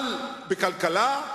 על בכלכלה?